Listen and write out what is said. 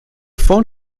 phone